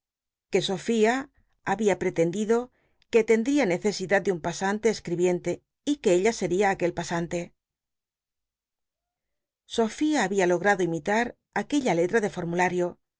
que sofía babia pretendido r ue tcnd ria necesidad de un pasante esc ribiente y que ella sctia aquel pasante sofía había lo tado imitar aqu ella letra de formulado